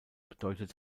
bedeutet